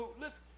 listen